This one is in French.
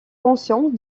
conscience